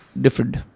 different